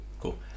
cool